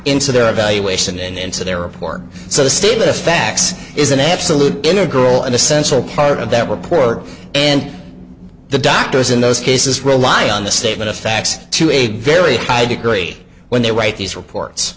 into their evaluation into their report so the statement of facts is an absolute integral and essential part of that report and the doctors in those cases rely on the statement of facts to a very high degree when they write these reports